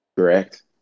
correct